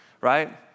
Right